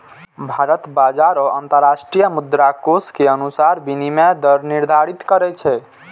भारत बाजार आ अंतरराष्ट्रीय मुद्राकोष के अनुसार विनिमय दर निर्धारित करै छै